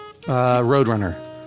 Roadrunner